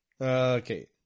Okay